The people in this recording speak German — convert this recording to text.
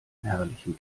herrlichen